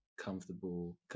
comfortable